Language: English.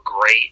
great